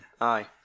Aye